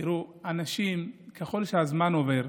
תראו, אנשים, ככל שהזמן עובר,